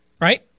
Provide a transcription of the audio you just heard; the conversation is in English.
Right